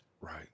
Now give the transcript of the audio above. Right